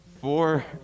Four